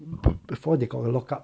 but before they got the lockup